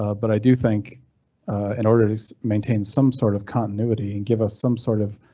but i do think in order to maintain some sort of continuity and give us some sort of.